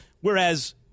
whereas